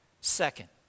Second